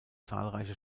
zahlreiche